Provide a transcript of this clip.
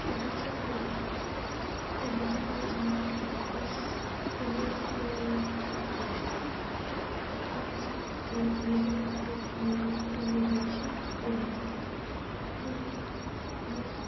Ravenshaw କଲେଜ୍ରେ Ravenshaw college ଏମ୍ତିଆ ଗୋଟେ ଫେମସ୍ ଫେମସ୍ କଲେଜ୍ଟା ଓଡ଼ିଶାର ଓ ଓଡ଼ିଶାର କଟକ କଟକ ଇଏରେ ଅଛି ରେଭେନ୍ସ କଲେଜ୍ ଏବଂ ଭୁବନେଶ୍ୱର